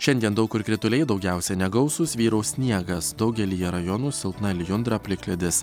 šiandien daug kur krituliai daugiausia negausūs vyraus sniegas daugelyje rajonų silpna lijundra plikledis